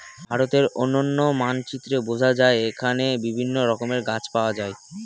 ভারতের অনন্য মানচিত্রে বোঝা যায় এখানে বিভিন্ন রকমের গাছ পাওয়া যায়